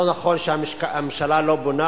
לא נכון שהממשלה לא בונה,